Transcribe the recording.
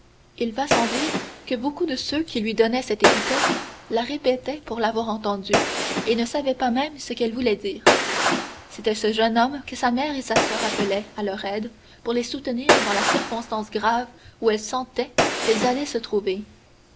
il va sans dire que beaucoup de ceux qui lui donnaient cette épithète la répétaient pour l'avoir entendue et ne savaient pas même ce qu'elle voulait dire c'était ce jeune homme que sa mère et sa soeur appelaient à leur aide pour les soutenir dans la circonstance grave où elles sentaient qu'elles allaient se trouver